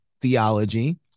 theology